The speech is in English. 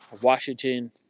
Washington